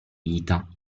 vita